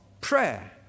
prayer